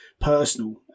personal